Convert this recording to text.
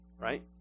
right